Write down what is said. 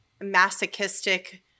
masochistic